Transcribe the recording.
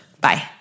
Bye